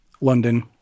London